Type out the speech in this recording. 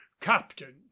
captain